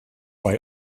why